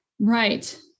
Right